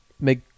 make